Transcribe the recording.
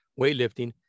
weightlifting